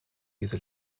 diese